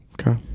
Okay